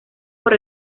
por